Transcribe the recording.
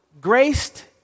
graced